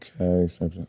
Okay